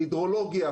הידרולוגיה,